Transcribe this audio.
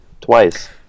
Twice